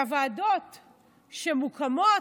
הוועדות שמוקמות,